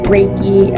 Reiki